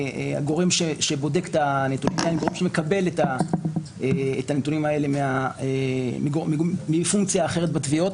הגורם שבודק את הנתונים; אני מקבל אותם מפונקציה אחרת בתביעות.